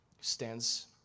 Stands